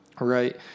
right